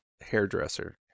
hairdresser